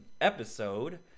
episode